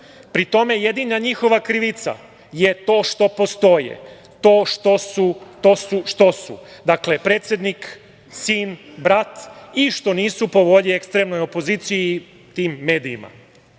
Pri tome, jedina njihova krivica je to što postoje, to što su to što su, dakle, predsednik, sin, brat i što nisu po volji ekstremnoj opoziciji i tim medijima.